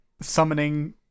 summoning